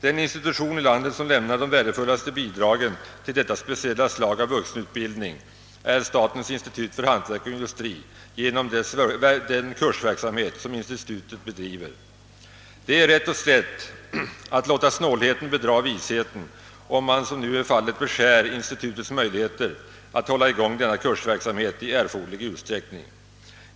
Den institution i landet som lämnar de värdefullaste bidragen till detta speciella slag av vuxenutbildning är statens institut för hantverk och industri genom den kursverksamhet, som institutet bedriver. Det är rätt och slätt att låta snålheten bedra visheten, om man som nu är fallet beskär institutets möjligheter att hålla i gång denna kursverksamhet i erforderlig utsträckning.